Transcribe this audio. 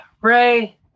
Ray